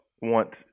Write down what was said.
want